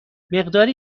مقداری